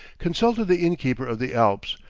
consulted the innkeeper of the alps,